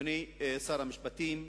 אדוני שר המשפטים,